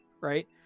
Right